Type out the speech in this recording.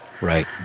Right